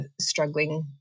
struggling